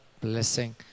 blessing